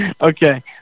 okay